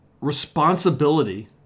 responsibility